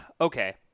okay